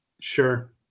sure